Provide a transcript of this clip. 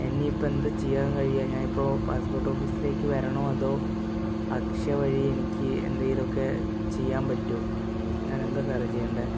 എനിയിപ്പോൾ എന്താ ചെയ്യാൻ കഴിയുക ഞാൻ ഇപ്പോൾ പാസ്പോർട്ട് ഓഫീസിലേക്ക് വരണോ അതോ അക്ഷയ വഴി എനിക്ക് എന്തെങ്കിലുമൊക്കെ ചെയ്യാൻ പറ്റുമോ ഞാനെന്താ സാറെ ചെയ്യണ്ടേ